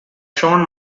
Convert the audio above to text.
shawn